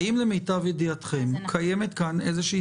האם למיטב ידיעתכם קיימת כאן איזו שהיא